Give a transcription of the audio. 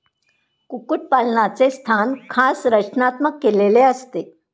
कुक्कुटपालनाचे स्थान खास रचनात्मक केलेले असते